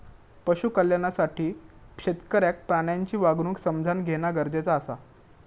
पशु कल्याणासाठी शेतकऱ्याक प्राण्यांची वागणूक समझान घेणा गरजेचा आसा